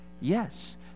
Yes